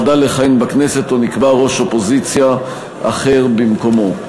חדל לכהן בכנסת או נקבע ראש אופוזיציה אחר במקומו.